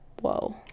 whoa